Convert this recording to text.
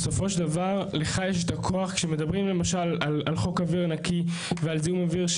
יש לך את הכוח כשמדברים למשל על חוק אוויר נקי ועל זיהום אוויר,